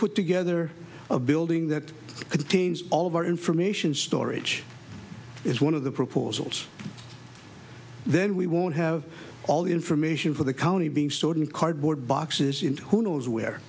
put together a building that contains all of our information storage is one of the proposals then we won't have all the information for the county being stored in cardboard boxes into who knows where